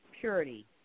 purity